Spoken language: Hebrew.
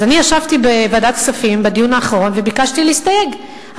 אז אני ישבתי בוועדת הכספים בדיון האחרון וביקשתי להסתייג,